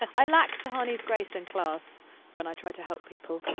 i lack tahani's grace and class when i try to help people.